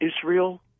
Israel